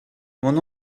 mon